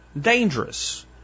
dangerous